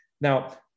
Now